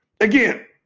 Again